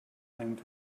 and